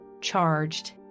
charged